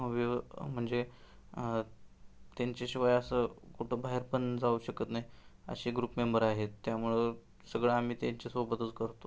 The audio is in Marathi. व्यव म्हणजे त्यांच्याशिवाय असं कुठं बाहेर पण जाऊ शकत नाही असे ग्रुप मेंबर आहेत त्यामुळं सगळं आम्ही त्यांच्यासोबतच करतो